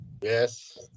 yes